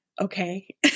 okay